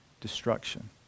destruction